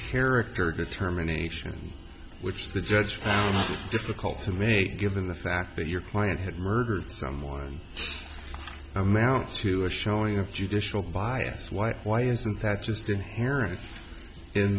character determination which the judge found difficult for me given the fact that your client had murdered someone amounts to a showing of judicial bias why why isn't that just inher